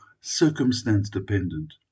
circumstance-dependent